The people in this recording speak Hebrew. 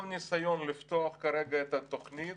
כל ניסיון לפתוח כרגע את התוכנית